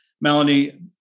Melanie